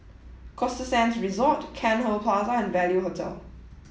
Costa Sands Resort Cairnhill Plaza and Value Hotel